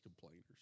complainers